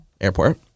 airport